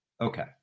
Okay